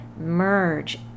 merge